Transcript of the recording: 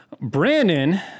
Brandon